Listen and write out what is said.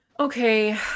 okay